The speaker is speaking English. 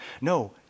No